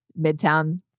Midtown